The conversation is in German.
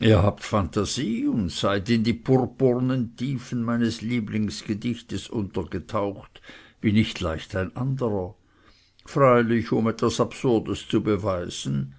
ihr habt phantasie und seid in die purpurnen tiefen meines lieblingsgedichtes untergetaucht wie nicht leicht ein anderer freilich um etwas absurdes zu beweisen